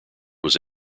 was